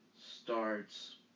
Starts